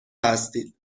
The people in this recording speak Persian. هستید